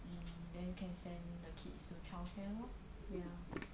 mm then can send the kids to childcare lor ya